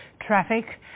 traffic